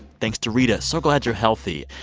thanks to rita. so glad you're healthy.